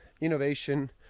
innovation